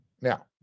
Now